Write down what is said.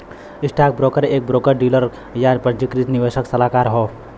stockbroker एक broker dealer, या पंजीकृत निवेश सलाहकार हौ